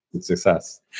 success